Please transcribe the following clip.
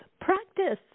practice